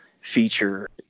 feature